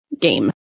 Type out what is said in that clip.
game